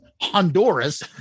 Honduras